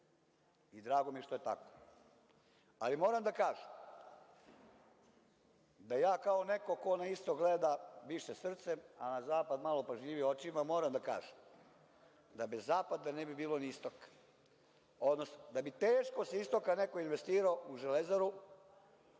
i drago mi je što je tako. Ali moram da kažem da ja kao neko ko na istok gleda više srcem, a na zapad malo pažljivije očima, moram da kažem da bez zapada ne bi bilo ni istoka, odnosno da bi teško sa istoka neko investirao u „Železaru“